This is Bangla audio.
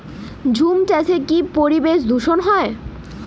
ঝুম চাষে কি পরিবেশ দূষন হয়?